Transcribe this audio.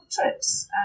trips